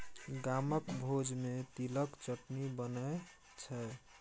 गामक भोज मे तिलक चटनी बनै छै